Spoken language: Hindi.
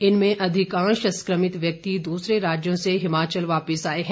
इनमें अधिकांश संक्रमित व्यक्ति दूसरे राज्यों से हिमाचल वापिस आए हैं